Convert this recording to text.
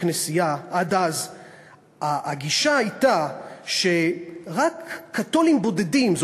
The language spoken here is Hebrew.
כנסייה עד אז הגישה הייתה שרק קתולים בודדים,